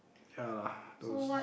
ya lah those